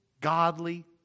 godly